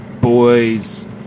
boys